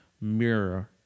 mirror